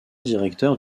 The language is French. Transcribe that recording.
directeur